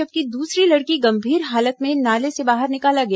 जबकि दूसरी लकड़ी को गंभीर हालत में नाले से बाहर निकाला गया